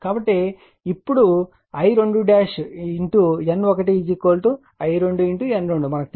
కాబట్టి ఇప్పుడు I2 N1 I2 N2 మనకు తెలుసు